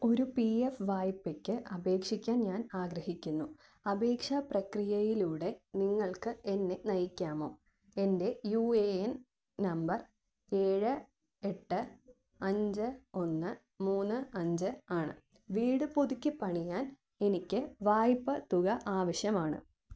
ഒരു P F വായ്പയ്ക്ക് അപേക്ഷിക്കാൻ ഞാൻ ആഗ്രഹിക്കുന്നു അപേക്ഷാ പ്രക്രിയയിലൂടെ നിങ്ങൾക്ക് എന്നെ നയിക്കാമോ എൻ്റെ യു എ എൻ നമ്പർ ഏഴ് എട്ട് അഞ്ച് ഒന്ന് മൂന്ന് അഞ്ച് ആണ് വീട് പുതുക്കിപ്പണിയാൻ എനിക്ക് വായ്പ തുക ആവശ്യമാണ്